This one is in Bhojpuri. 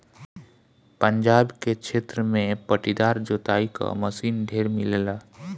पंजाब के क्षेत्र में पट्टीदार जोताई क मशीन ढेर मिलेला